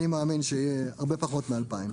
אני מאמין שיהיה הרבה פחות מ-2,000.